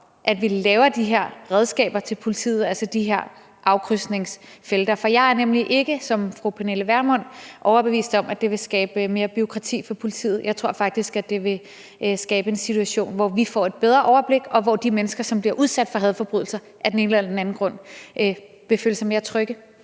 at vi laver de her redskaber til politiet, altså de her afkrydsningsfelter. For jeg er nemlig ikke som fru Pernille Vermund overbevist om, at det vil skabe mere bureaukrati for politiet. Jeg tror faktisk, at det vil skabe en situation, hvor vi får et bedre overblik, og hvor de mennesker, som bliver udsat for hadforbrydelser af den ene eller den anden grund, vil føle sig mere trygge.